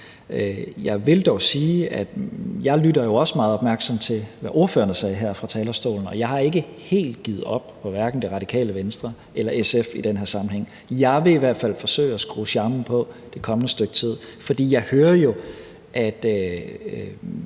Jeg vil dog sige, at jeg lytter jo også meget opmærksomt til, hvad ordførerne sagde her fra talerstolen, og jeg har ikke helt givet op på hverken Radikale Venstre eller SF i den her sammenhæng. Jeg vil i hvert fald forsøge at skrue charmen på det kommende stykke tid, fordi jeg jo hører, at